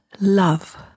love